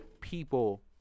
people